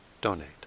donate